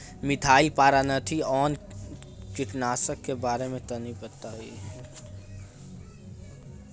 Methyl parathion कीटनाशक के बारे में तनि बताई?